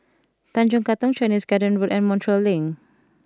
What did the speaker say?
Tanjong Katong Chinese Garden Road and Montreal Link